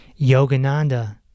Yogananda